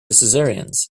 cesareans